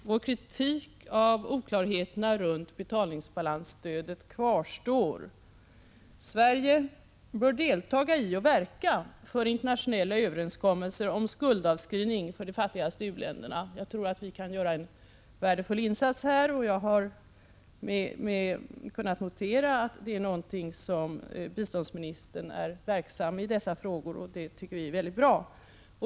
Vår kritik av oklarheterna runt betalningsbalansstödet kvarstår. Sverige bör delta i och verka för internationella överenskommelser om skuldavskrivning för de fattigaste u-länderna. Vi tror att vi kan göra en värdefull insats här. Vi har kunnat notera att biståndsministern är verksam i dessa frågor, och det tycker vi är bra.